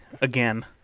again